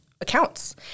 Accounts